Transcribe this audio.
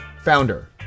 founder